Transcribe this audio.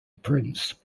prince